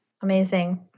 Amazing